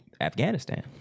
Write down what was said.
Afghanistan